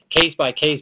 case-by-case